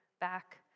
back